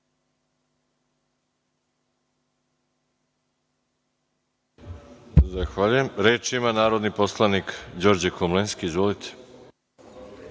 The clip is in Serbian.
Zahvaljujem. Reč ima narodni poslanik Đorđe Vukadinović. Izvolite.